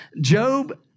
Job